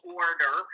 order